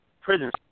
prisons